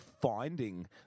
finding